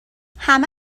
همه